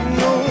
no